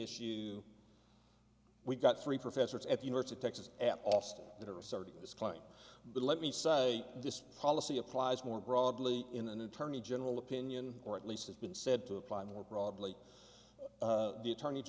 issue we've got three professors at the ritz of texas at austin that are asserting this claim but let me say this policy applies more broadly in an attorney general opinion or at least it's been said to apply more broadly the attorney